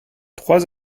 trois